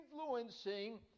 influencing